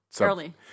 Early